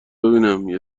ببینم، یه